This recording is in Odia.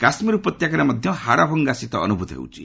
କାଶ୍ମୀର ଉପତ୍ୟକାରେ ମଧ୍ୟ ହାଡ଼ଭଙ୍ଗା ଶୀତ ଅନୁଭ୍ତ ହେଉଛି